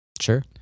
Sure